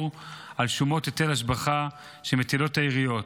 על שומות היטלי השבחה שמטילות העיריות.